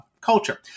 culture